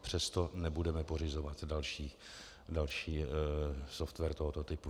Přesto nebudeme pořizovat další software tohoto typu.